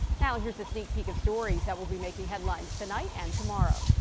now here's a sneak peek of stories that will be making headlines tonight and tomorrow.